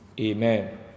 amen